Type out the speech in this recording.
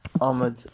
Ahmed